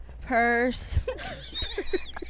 Purse